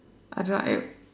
I don't like